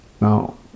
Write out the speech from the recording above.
Now